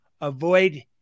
Avoid